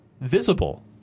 visible